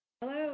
Hello